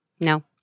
No